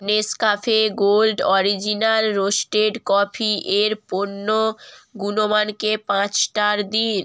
Nescafé gold original roasted coffee এর পণ্য গুণমানকে পাঁচ স্টার দিন